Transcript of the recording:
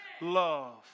love